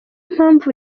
mpamvu